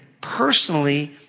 personally